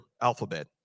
alphabet